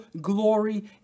glory